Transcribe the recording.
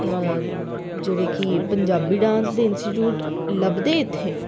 जेह्डे कि पंजाबी डांस दे इंस्टीट्यूट लभदे इत्थै